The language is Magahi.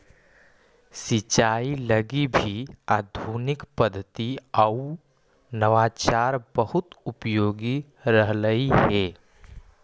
सिंचाई लगी भी आधुनिक पद्धति आउ नवाचार बहुत उपयोगी रहलई हे